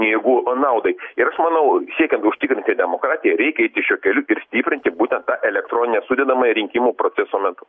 jėgų naudai ir aš manau siekiant užtikrinti demokratiją reikia eiti šiuo keliu ir stiprinti būtent tą elektroninę sudedamąjį rinkimų proceso metu